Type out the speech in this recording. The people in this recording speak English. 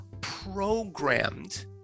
programmed